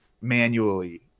manually –